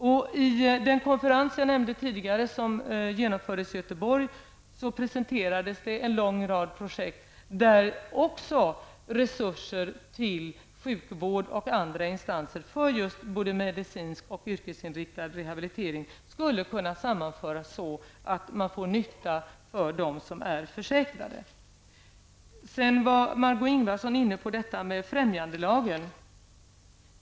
Vid den kongress som jag nämnde tidigare och som genomfördes i Göteborg presenterades en lång rad projekt där resurser till sjukvård och andra instanser för just medicinsk och yrkesinriktad rehabilitering skulle kunna samordnas så, att det ger nytta för dem som är försäkrade. Margó Ingvardsson var också inne på detta med främjandelagen.